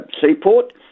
seaport